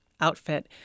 outfit